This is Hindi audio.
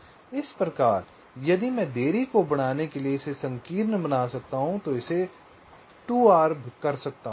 इसी प्रकार यदि मैं देरी को बढ़ाने के लिए इसे संकीर्ण बना सकता हूं मैं इसे 2R कर सकता हूं